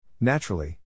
Naturally